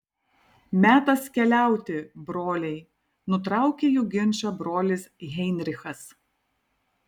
metas keliauti broliai nutraukė jų ginčą brolis heinrichas